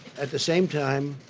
at the same time,